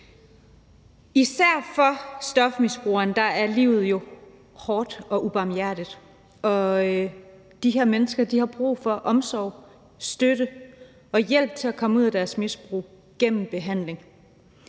Især for stofmisbrugeren er livet hårdt og ubarmhjertigt, og de her mennesker har brug for omsorg, støtte og hjælp til at komme ud af deres misbrug gennem behandling.